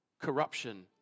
corruption